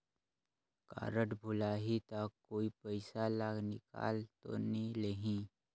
Card भुलाही ता कोई पईसा ला निकाल तो नि लेही?